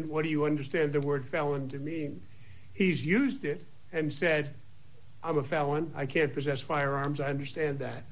t what do you understand the word felon to mean he's used it and said i'm a felon i can't possess firearms i understand that